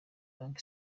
banki